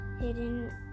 hidden